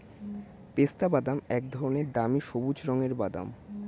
পেস্তাবাদাম এক ধরনের দামি সবুজ রঙের বাদাম